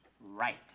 right